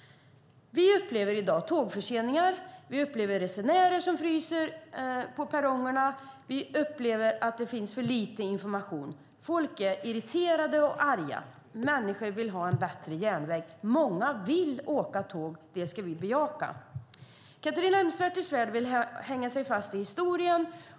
Vi upplever i dag tågförseningar, resenärer som fryser på perrongerna och att det finns för lite information. Folk är irriterade och arga. Människor vill ha en bättre järnväg. Många vill åka tåg. Det ska vi bejaka. Catharina Elmsäter-Svärd vill hänga sig fast vid historien.